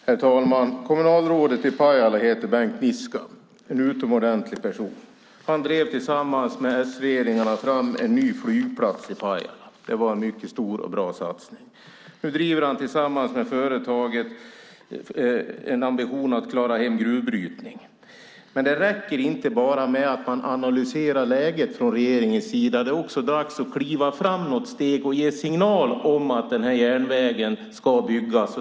Herr talman! Kommunalrådet i Pajala heter Bengt Niska, en utomordentlig person. Tillsammans med s-regeringarna drev han fram en ny flygplats i Pajala - en mycket stor och bra satsning - och tillsammans med företaget i fråga har han nu ambitionen att klara hem gruvbrytning. Det räcker inte att regeringen analyserar läget. Det är också dags att kliva något steg framåt och att ge en signal om att järnvägen ska byggas.